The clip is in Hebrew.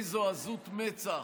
איזו עזות מצח.